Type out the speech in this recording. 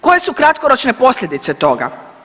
Koje su kratkoročne posljedice toga?